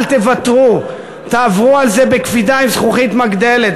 אל תוותרו, תעברו על זה בקפידה, עם זכוכית מגדלת.